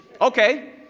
okay